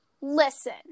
listen